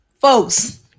folks